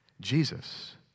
Jesus